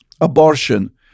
abortion